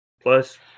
plus